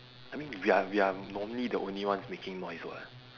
I mean we are we are normally the only ones making noise [what]